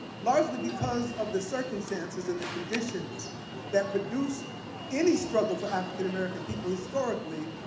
largely, because of the circumstances and the conditions that produced any struggle for african-american people, historically,